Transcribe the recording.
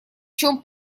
чём